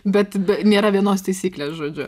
bet be nėra vienos taisyklės žodžiu